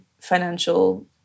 financial